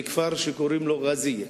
בכפר שקוראים לו ע'אזיה.